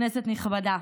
כנסת נכבדה,